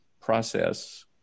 process